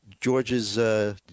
George's